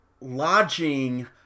lodging